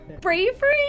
Bravery